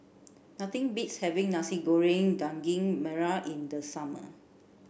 nothing beats having Nasi Goreng Daging Merah in the summer